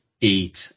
eat